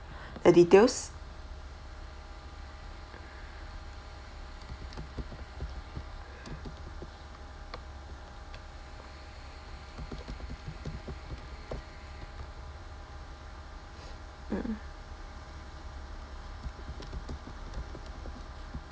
the details mmhmm